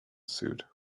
sewed